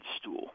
stool